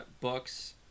books